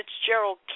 Fitzgerald